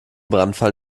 brandfall